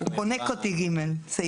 חונק אותי, סעיף (ג).